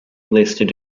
listed